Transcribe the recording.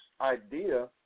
idea